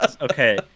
Okay